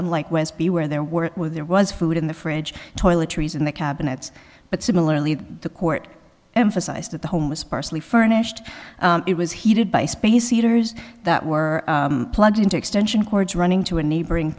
unlike westby where there were were there was food in the fridge toiletries in the cabinets but similarly the court emphasized that the homeless partially furnished it was heated by space heaters that were plugged into extension cords running to a neighboring